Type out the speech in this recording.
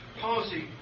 Policy